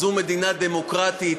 זו מדינה דמוקרטית,